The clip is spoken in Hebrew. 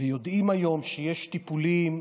ויודעים שיש טיפולים,